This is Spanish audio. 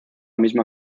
misma